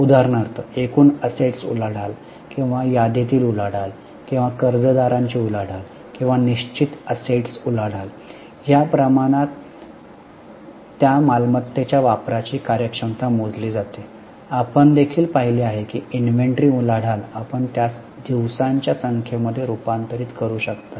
उदाहरणार्थ एकूण असेट्स उलाढाल किंवा यादीतील उलाढाल किंवा कर्जदारांची उलाढाल किंवा निश्चित असेट्स उलाढाल या प्रमाणात त्या मालमत्तेच्या वापराची कार्यक्षमता मोजली जाते आपण देखील पाहिले आहे की इन्व्हेंटरी उलाढाल आपण त्यास दिवसांच्या संख्ये मध्ये रूपांतरित करू शकता